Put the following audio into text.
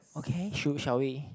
okay should shall we